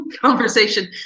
conversation